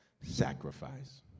Sacrifice